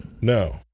No